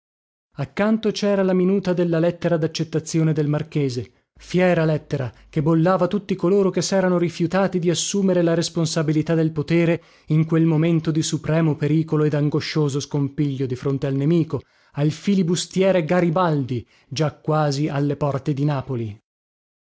accanto cera la minuta della lettera daccettazione del marchese fiera lettera che bollava tutti coloro che serano rifiutati di assumere la responsabilità del potere in quel momento di supremo pericolo e dangoscioso scompiglio di fronte al nemico al filibustiere garibaldi già quasi alle porte di napoli